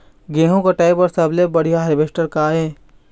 गेहूं कटाई बर सबले बढ़िया हारवेस्टर का ये?